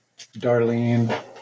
Darlene